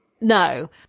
No